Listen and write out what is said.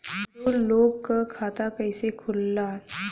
दो लोगक खाता कइसे खुल्ला?